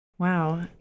Wow